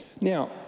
Now